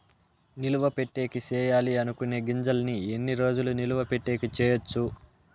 నిలువ పెట్టేకి సేయాలి అనుకునే గింజల్ని ఎన్ని రోజులు నిలువ పెట్టేకి చేయొచ్చు